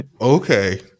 Okay